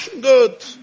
Good